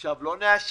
עכשיו לא נאשר?